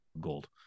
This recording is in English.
Gold